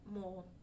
more